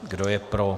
Kdo je pro?